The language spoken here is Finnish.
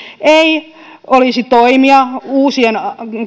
ei olisi toimia uusien